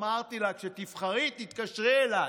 אמרתי לה: כשתבחרי, תתקשרי אליי.